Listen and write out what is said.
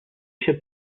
się